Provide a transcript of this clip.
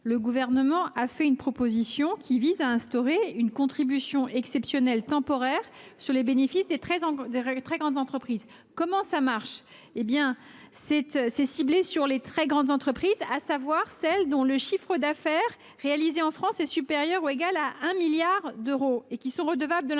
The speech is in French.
le Gouvernement a fait une proposition qui vise à instaurer une contribution exceptionnelle temporaire sur les bénéfices des très grandes entreprises. Le dispositif serait ciblé sur les très grandes entreprises, à savoir celles dont le chiffre d’affaires réalisé en France est supérieur ou égal à 1 milliard d’euros et qui sont redevables de l’impôt